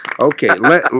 Okay